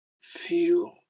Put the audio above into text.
feel